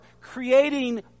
creating